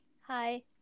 Hi